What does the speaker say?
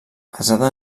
basada